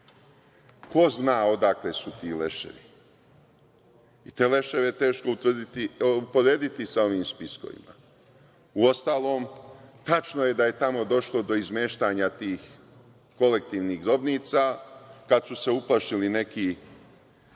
Ko zna odakle su ti leševi. Te leševe je teško uporediti sa ovim spiskovima. Uostalom, tačno je da je tamo došlo do izmeštanja tih kolektivnih grobnica kada su se uplašili neki